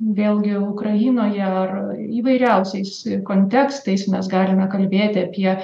vėlgi ukrainoje ar įvairiausiais kontekstais mes galime kalbėti apie